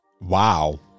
wow